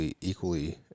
equally